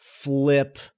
flip